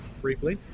briefly